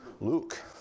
Luke